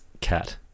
cat